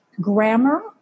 grammar